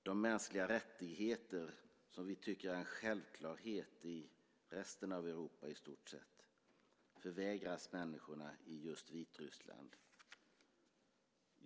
De mänskliga rättigheter som vi tycker är en självklarhet i resten av Europa, i stort sett, förvägras människorna i just Vitryssland.